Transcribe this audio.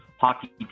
hockey